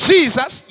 Jesus